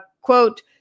quote